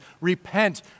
Repent